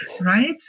Right